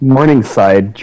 Morningside